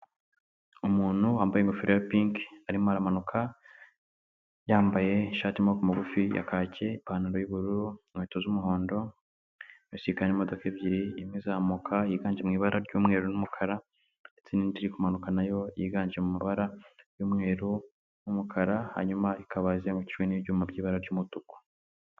Umuntu wambaye ingofero ya pink arimo aramanuka yambaye ishati ya maboko magufi ya kaki ipantaro y'ubururu inkweto z'umuhondo abisikana n'imodoka ebyiri imwe izamuka yiganje mu ibara ry'umweru n'umukara ndetse n'indi iri kumanuka nayo yiganjemo ibara ry'umweru n'umukara hanyuma ikaba izengurukijwe n'ibyuma by'ibara ry'umutuku.